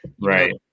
Right